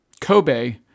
Kobe